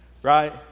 Right